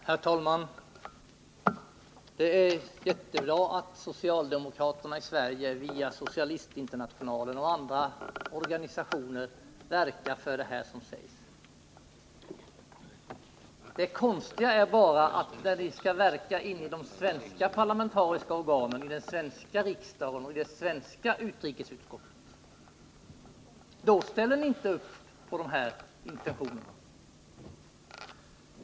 Herr talman! Det är jättebra att socialdemokraterna i Sverige via socialistinternationalen och andra organisationer verkat för det som här sägs. Det konstiga är bara att när vi skall verka inom de svenska parlamentariska organen, i den svenska riksdagen och i det svenska utrikesutskottet, då ställer ni inte upp på de här intentionerna.